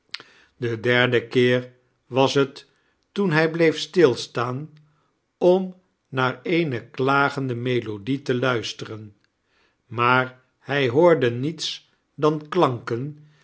den derden keer was hot toen hij bleef stilstaan om naar eene klagende fnelodie te luisteren maar hij iioorde niets dan klanken